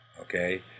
okay